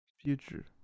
future